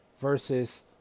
versus